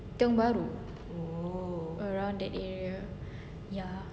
tiong bahru around that area ya